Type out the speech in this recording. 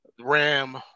Ram